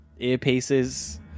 earpieces